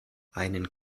einen